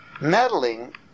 meddling